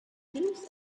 films